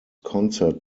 concert